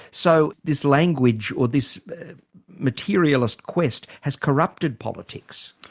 so this language, or this materialist quest has corrupted politics.